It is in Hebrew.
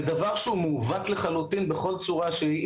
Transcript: זה דבר שהוא מעוות לחלוטין בכל צורה שהיא.